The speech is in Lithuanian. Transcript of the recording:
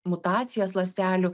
mutacijas ląstelių